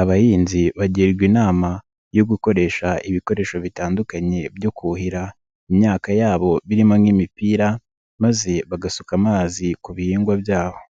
abahinzi bagirwa inama yo gukoresha ibikoresho bitandukanye byo kuhira imyaka yabo birimo nk'imipira maze bagasuka amazi ku bihingwa byabo.